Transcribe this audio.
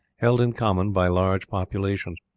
held in common by large populations,